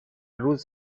روز